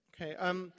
Okay